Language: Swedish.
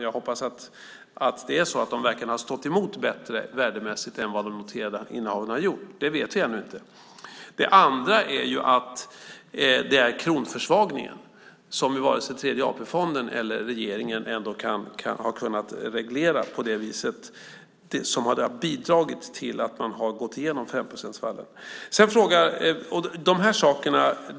Jag hoppas att det är så att de verkligen har stått emot bättre värdemässigt än vad de noterade innehaven har gjort. Det andra som har bidragit till att man har gått igenom femprocentsvallen är kronförsvagningen. Den har varken Tredje AP-fonden eller regeringen kunnat reglera.